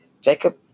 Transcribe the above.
Jacob